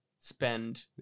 spend